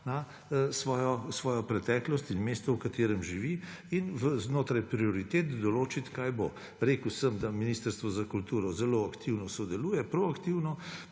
svojo preteklost in mesto, v katerem živi in znotraj prioritet določiti, kaj bo. Rekel sem, da Ministrstvo za kulturo zelo aktivno sodeluje, proaktivno,